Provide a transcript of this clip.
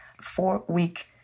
four-week